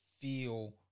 feel